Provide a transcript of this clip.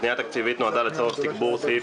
הפנייה התקציבית נועדה לצורך תגבור סעיף